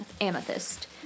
amethyst